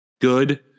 good